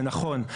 זה נכון,